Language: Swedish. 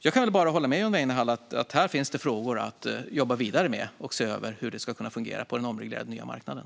Jag kan bara hålla med John Weinerhall om att här finns det frågor att jobba vidare med för att se över hur det ska kunna fungera på den omreglerade nya marknaden.